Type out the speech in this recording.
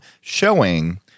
showing